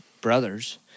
brothers